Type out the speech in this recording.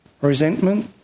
resentment